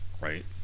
Right